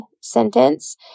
sentence